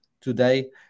today